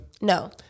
No